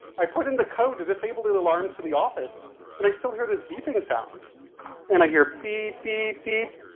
i put in the code to disable the alarm to the office and i still hear this beeping sound and i hear beep, beep, beep.